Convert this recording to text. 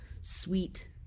sweet